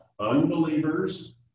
unbelievers